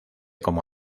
como